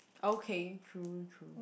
okay true true